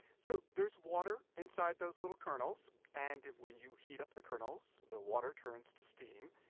so there's water inside those little kernels. and when you heat up the kernels, the water turns to steam.